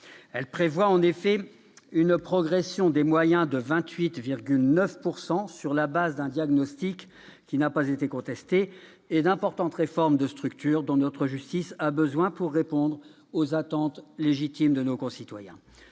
loi prévoit en effet une progression des moyens de 28,9 %, sur la base d'un diagnostic qui n'a pas été contesté, et d'importantes réformes de structure dont notre justice a besoin pour répondre aux attentes légitimes de nos concitoyens.